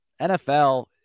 NFL